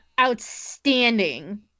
outstanding